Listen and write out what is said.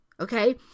okay